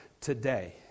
today